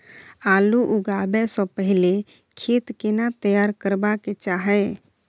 आलू लगाबै स पहिले खेत केना तैयार करबा के चाहय?